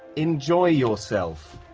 enjoy yourself.